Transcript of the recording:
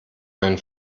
meinen